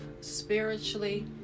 spiritually